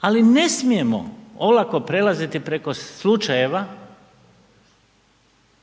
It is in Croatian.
Ali ne smijemo olako prelaziti preko slučajeva